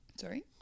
sorry